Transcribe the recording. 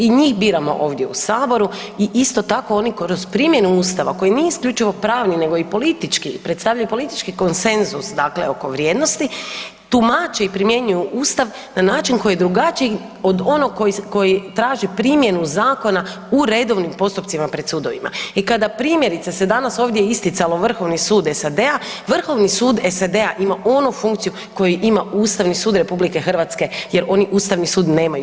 I njih biramo ovdje u Saboru i isto tako oni kroz primjenu Ustava, koji nije isključivo pravni nego i politički, predstavljaju politički konsenzus, dakle oko vrijednosti, tumače i primjenjuju Ustav na način koji je drugačiji od onoga koji traži primjenu zakona u redovnim postupcima pred sudovima i kada primjerice se ovdje danas isticalo, Vrhovni sud SAD-a, Vrhovni sud SAD-a ima onu funkciju koju ima Ustavni sud Republike Hrvatske, jer oni Ustavni sud nemaju.